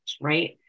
right